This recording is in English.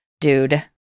dude